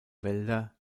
wälder